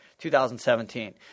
2017